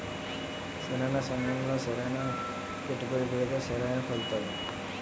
సరైన సమయంలో సరైన పెట్టుబడి పెడితే సరైన ఫలితాలు